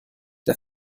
der